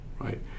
right